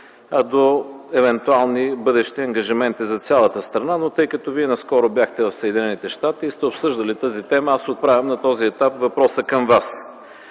а до евентуални бъдещи ангажименти за цялата страна. Но тъй като Вие наскоро бяхте в Съединените щати и сте обсъждали тази тема, на този етап отправям въпроса към Вас.